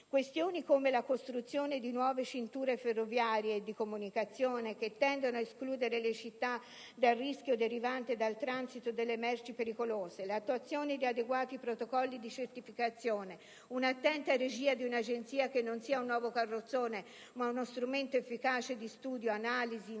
Questioni come la costruzione di nuove cinture ferroviarie e di comunicazione, che tendono ad escludere le città dal rischio derivante dal transito delle merci pericolose, l'attuazione di adeguati protocolli di certificazione di sicurezza, un'attenta regia di un'agenzia che non sia un nuovo carrozzone ma uno strumento efficace di studio, analisi, intervento